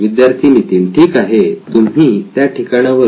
विद्यार्थी नितीन ठीक आहे तुम्ही त्या ठिकाणावरून